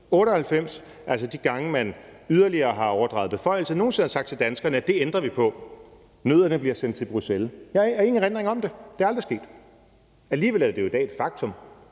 1998, altså de gange, man yderligere har overdraget beføjelser, nogen sinde har sagt til danskerne, at det ændrer vi på, at nødderne bliver sendt til Bruxelles. Jeg har ingen erindring om det. Det er aldrig sket. Kl. 18:37 Alligevel er det jo i dag et faktum,